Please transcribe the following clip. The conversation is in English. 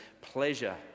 pleasure